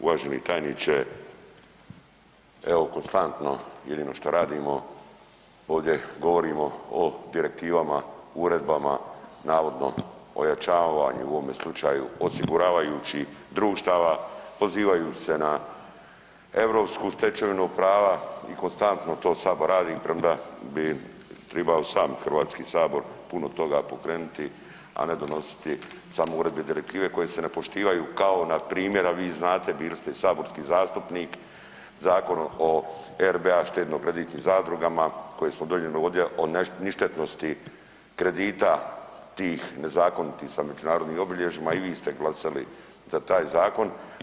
Uvaženi tajniče, evo konstantno jedino što radimo, ovdje govorimo o direktivama, uredbama navodno ojačavanju u ovome slučaju osiguravajućih društava, pozivaju se na europsku stečevinu prava i konstantno to sabor radi premda bi tribao sam Hrvatski sabor puno toga pokrenuti, a ne donositi samo uredbe i direktive koje se ne poštivaju kao npr., a vi znate bili ste i saborski zastupnik Zakon o RBA štedno kreditnim zadrugama koji smo donijeli ovdje o ništetnosti kredita tih nezakonitih sa međunarodnim obilježjima i vi ste glasali za taj zakon.